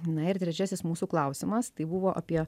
na ir trečiasis mūsų klausimas tai buvo apie